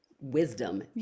wisdom